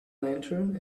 lantern